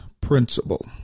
principle